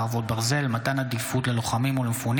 חרבות ברזל) (מתן עדיפות לחיילים ולמשרתי